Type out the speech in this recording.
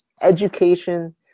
Education